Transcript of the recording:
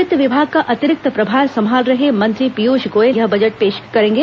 वित्त विभाग का अतिरिक्त प्रभार संभाल रहे मंत्री पीयूष गोयल यह बजट पेश करेंगे